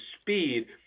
speed –